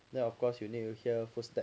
then of course you need to hear footstep